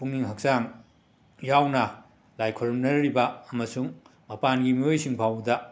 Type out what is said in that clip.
ꯄꯨꯡꯅꯤꯛ ꯍꯛꯆꯥꯡ ꯌꯥꯎꯅ ꯂꯥꯏ ꯈꯨꯔꯨꯝꯅꯔꯤꯕ ꯑꯃꯁꯨꯡ ꯃꯄꯥꯟꯒꯤ ꯃꯤꯑꯣꯏꯁꯤꯡꯐꯥꯎꯕꯗ